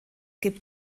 gibt